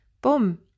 Boom